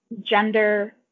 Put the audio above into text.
gender